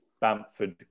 Bamford